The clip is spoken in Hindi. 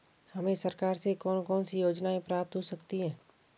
हमें सरकार से कौन कौनसी योजनाएँ प्राप्त हो सकती हैं?